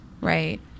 Right